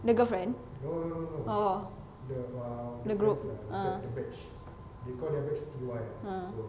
the girlfriend the group uh uh